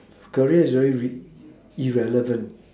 career is very irrelevant